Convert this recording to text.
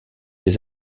des